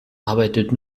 arbeitet